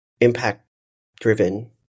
impact-driven